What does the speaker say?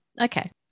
Okay